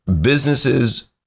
businesses